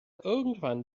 irgendwann